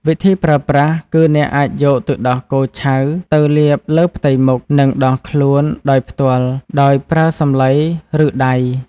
វិធីប្រើប្រាស់ គឺអ្នកអាចយកទឹកដោះគោឆៅទៅលាបលើផ្ទៃមុខ និងដងខ្លួនដោយផ្ទាល់ ដោយប្រើសំឡី ឬដៃ។